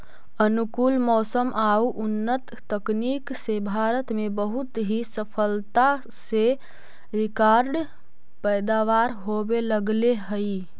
अनुकूल मौसम आउ उन्नत तकनीक से भारत में बहुत ही सफलता से रिकार्ड पैदावार होवे लगले हइ